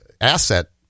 asset